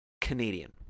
Canadian